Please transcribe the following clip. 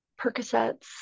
Percocets